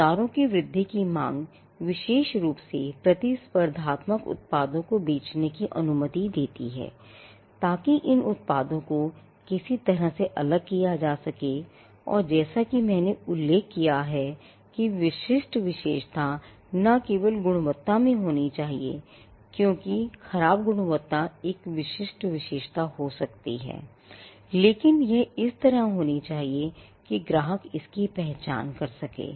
बाजारों की वृद्धि की माँग विशेष रूप से प्रतिस्पर्धात्मक उत्पादों को बेचने की अनुमति देती हैताकि इन उत्पादों को किसी तरह से अलग किया जा सके और जैसा कि मैंने उल्लेख किया है कि विशिष्ट विशेषता न केवल गुणवत्ता में होनी चाहिए क्योंकि खराब गुणवत्ता एक विशिष्ट विशेषता हो सकती है लेकिन यह इस तरह होनी चाहिए कि ग्राहक इसकी पहचान कर सकें